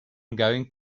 going